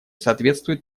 соответствует